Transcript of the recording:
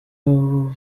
abo